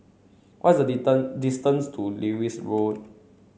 what is the distance to Lewis Road